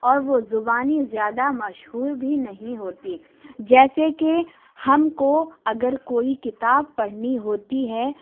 اور وہ زبانیں زیادہ مشہور بھی نہیں ہوتیں جیسے کہ ہم کو اگر کوئی کتاب پڑھنی ہوتی ہے